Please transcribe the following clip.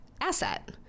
asset